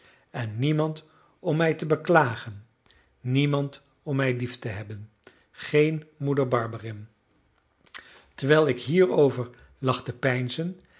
en niemand om mij te beklagen niemand om mij lief te hebben geen moeder barberin terwijl ik hierover lag te